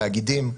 תאגידים,